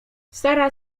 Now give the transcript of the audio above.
sara